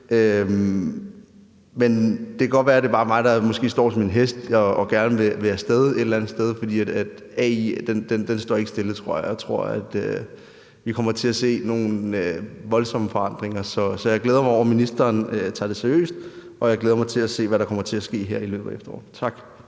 er mig, der et eller andet sted måske står som en hest og gerne vil afsted, for AI står ikke stille, tror jeg. Jeg tror, vi kommer til se nogle voldsomme forandringer, så jeg glæder mig over, at ministeren tager det seriøst, og jeg glæder mig til at se, hvad der kommer til ske her i løbet af efteråret. Tak.